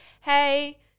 hey